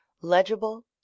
legible